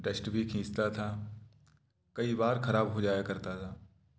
dust भी खींचता था कई बार खराब हो जाया करता था